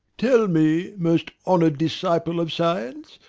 tell me, most honoured disciple of science,